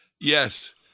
Yes